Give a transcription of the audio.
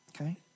Okay